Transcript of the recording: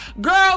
Girl